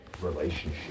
relationship